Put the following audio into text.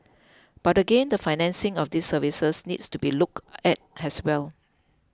but again the financing of these services needs to be looked at has well